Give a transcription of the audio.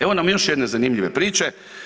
Evo nam još jedne zanimljive priče.